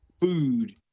food